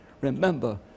Remember